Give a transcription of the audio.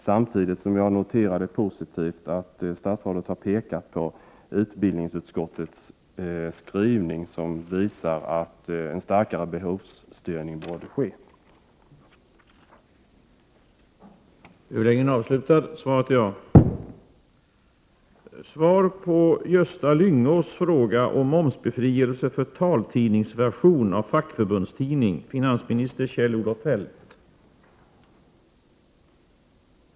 Samtidigt noterar jag det som positivt att statsrådet har pekat på utbildningsutskottets skrivning, som visar att en starkare behovsstyrning borde komma till stånd.